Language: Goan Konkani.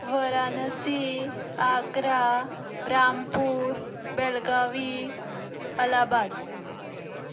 वरानसी आग्रा रामपूर बेळगावी अलाहबाद